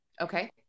Okay